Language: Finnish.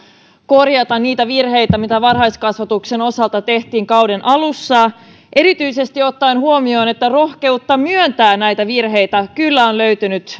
korjata niitä virheitä mitä varhaiskasvatuksen osalta tehtiin kauden alussa erityisesti ottaen huomioon että rohkeutta myöntää näitä virheitä kyllä on löytynyt